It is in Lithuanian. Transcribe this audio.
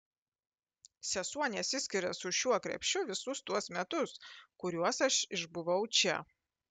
sesuo nesiskiria su šiuo krepšiu visus tuos metus kuriuos aš išbuvau čia